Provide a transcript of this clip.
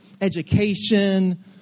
education